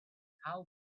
how